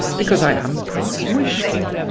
because i am prince muishkin,